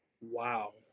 Wow